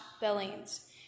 Billings